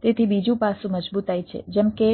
તેથી બીજું પાસું મજબૂતાઈ છે જેમ કે